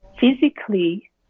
physically